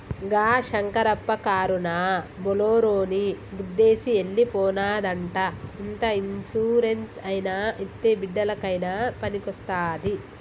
గా శంకరప్ప కారునా బోలోరోని గుద్దేసి ఎల్లి పోనాదంట ఇంత ఇన్సూరెన్స్ అయినా ఇత్తే బిడ్డలకయినా పనికొస్తాది